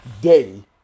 day